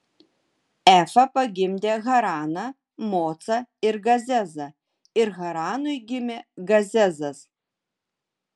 efa pagimdė haraną mocą ir gazezą ir haranui gimė gazezas